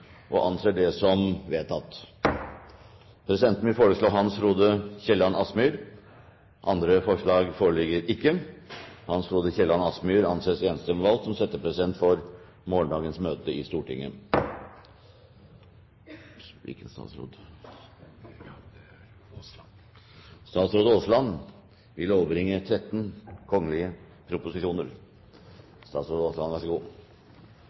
og anser det som vedtatt. Presidenten vil foreslå Hans Frode Kielland Asmyhr. – Andre forslag foreligger ikke, og Hans Frode Kielland Asmyhr anses enstemmig valgt som settepresident for morgendagens møte i Stortinget. Representanten Jon Jæger Gåsvatn vil